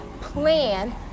plan